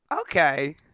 Okay